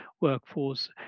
workforce